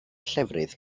llefrith